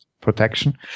protection